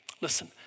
Listen